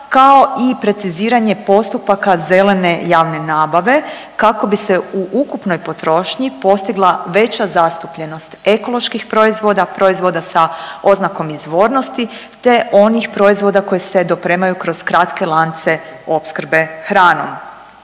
kao i preciziranje postupaka zelene javne nabave kako bi se u ukupnoj potrošnji postigla veća zastupljenost ekoloških proizvoda, proizvoda sa oznakom izvornosti te onih proizvoda koji se dopremaju kroz kratke lance opskrbe hranom.